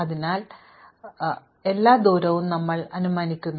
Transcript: അതിനാൽ അനന്തമായ എല്ലാ ദൂരങ്ങളും ഞങ്ങൾ അനുമാനിക്കുന്നു